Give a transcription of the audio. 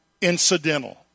incidental